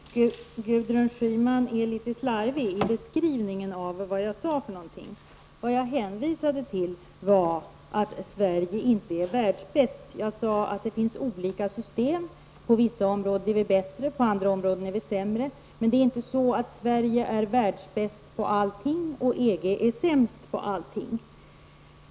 Fru talman! Gudrun Schyman är litet slarvig i beskrivningen av vad jag sade. Det jag hänvisade till var att Sverige inte är världsbäst. Jag sade att det finns olika system och att vi i Sverige på vissa områden är bättre och på andra områden sämre. Men Sverige är inte världsbäst på allting och EG sämst på allting.